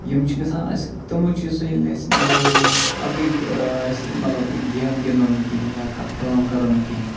یِم چھِ گژھان اَسہِ تِموٕے چیٖزو سۭتۍ ییٚلہِ نہٕ أسۍ مطلب ییٚلہِ أسۍ اکٕے یۄس مطلب گیمہٕ گندو نہٕ کِہیٖنۍ یا کانٛہہ کٲم کرو نہٕ کِہیٖنۍ